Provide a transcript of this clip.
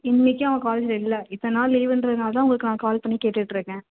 இன்றைக்கும் அவன் காலேஜில் இல்லை இத்தனை நாள் லீவுங்றதுனால தான் உங்களுக்கு நான் கால் பண்ணி கேட்டுகிட்ருக்கேன்